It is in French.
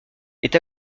est